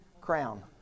crown